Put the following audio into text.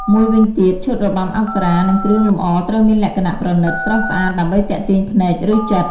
មួយវិញទៀត ឈុតរបាំអប្សរា និងគ្រឿងលម្អត្រូវមានលក្ខណៈ ប្រណីត ស្រស់ស្អាត ដើម្បីទាក់ទាញភ្នែក ឬចិត្ត។